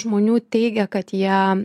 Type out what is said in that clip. žmonių teigia kad jie